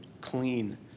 clean